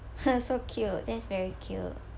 so cute that's very cute